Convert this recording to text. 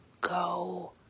go